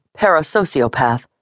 parasociopath